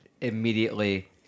immediately